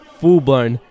full-blown